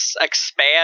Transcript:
expand